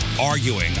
arguing